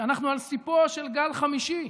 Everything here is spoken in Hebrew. שאנחנו על סיפו של גל חמישי.